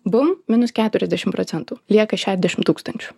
bum minus keturiasdešim procentų lieka šešiasdešim tūkstančių